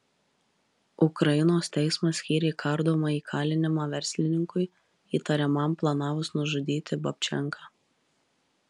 ukrainos teismas skyrė kardomąjį kalinimą verslininkui įtariamam planavus nužudyti babčenką